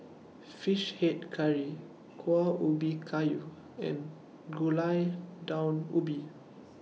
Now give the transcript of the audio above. Fish Head Curry Kueh Ubi Kayu and Gulai Daun Ubi